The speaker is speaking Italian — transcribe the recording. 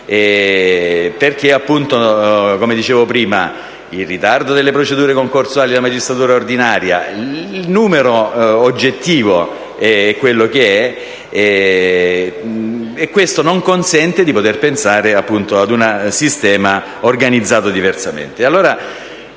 perché - come dicevo prima - il ritardo delle procedure concorsuali della magistratura ordinaria (il numero oggettivo è quello che è) non consente di pensare ad un sistema organizzato diversamente.